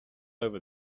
over